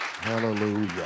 Hallelujah